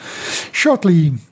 shortly